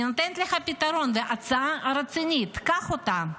אני נותנת לך פתרון, הצעה רצינית, קח אותה.